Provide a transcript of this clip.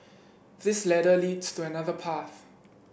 this ladder leads to another path